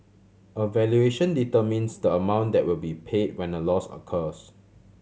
a valuation determines the amount that will be paid when a loss occurs